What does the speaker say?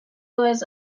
was